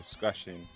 discussion